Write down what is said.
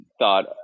thought